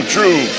True